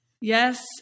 Yes